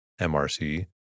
MRC